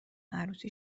عروسی